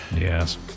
Yes